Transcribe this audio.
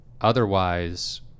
otherwise